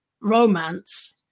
romance